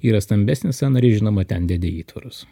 yra stambesnis sąnariai žinoma ten dedi įtvarus